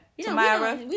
Tamara